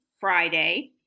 Friday